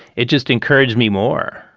it just encouraged me more.